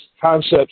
concepts